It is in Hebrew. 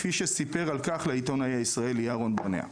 כפי שסיפר על כך לעיתונאי הישראלי אהרון ברנע: